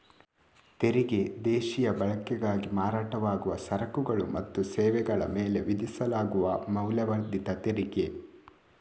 ತೆರಿಗೆ ದೇಶೀಯ ಬಳಕೆಗಾಗಿ ಮಾರಾಟವಾಗುವ ಸರಕುಗಳು ಮತ್ತು ಸೇವೆಗಳ ಮೇಲೆ ವಿಧಿಸಲಾಗುವ ಮೌಲ್ಯವರ್ಧಿತ ತೆರಿಗೆ